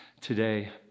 today